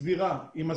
סבירה עם מזגן,